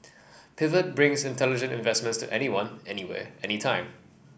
Pivot brings intelligent investments to anyone anywhere anytime